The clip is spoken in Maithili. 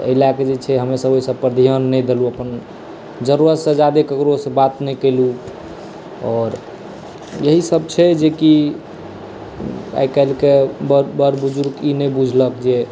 तऽ एहि लऽ कऽ छै जे हमसभ ओहिसभ पर ध्यान नहि देलहुँ अपन जरुरत से जादे ककरो सँ बात नहि केलहुँ आओर एहि सभ छै कि आइकाल्हिके बर बुजुर्ग ई सभ नहि बुझलक जे